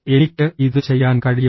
എനിക്ക് ഇത് ചെയ്യാൻ കഴിയും